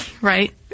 right